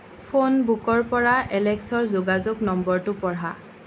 phone বুকৰ পৰা এলেক্সৰ যোগাযোগ নম্বৰটো পঢ়া